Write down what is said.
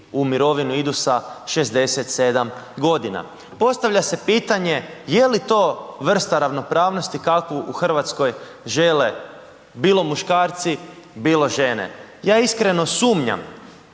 u mirovinu idu sa 67 godina. Postavlja se pitanje je li to vrsta ravnopravnosti kakvu u Hrvatskoj žele, bilo muškarci, bilo žene? Ja iskreno sumnjam